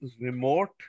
remote